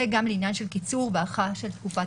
וגם לעניין של קיצור והארכה של תקופת